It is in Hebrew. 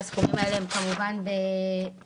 והסכומים האלה הם כמובן במיליארדים.